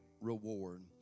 reward